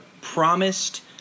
promised